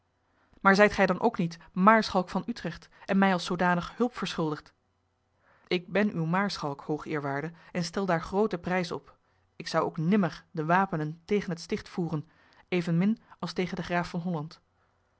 maar zijt ge dan ook niet maarschalk van utrecht en mij als zoodanig hulp verschuldigd ik ben uw maarschalk hoogeerwaarde en stel daar grooten prijs op ik zou ook nimmer de wapenen tegen het sticht voeren evenmin als tegen den graaf van holland